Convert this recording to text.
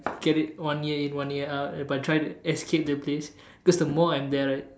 get it one ear in and one ear out but try to escape the place because the more I'm there right